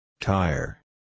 Tire